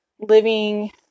living